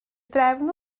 drefn